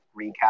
recap